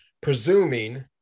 presuming